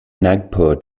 nagpur